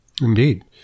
indeed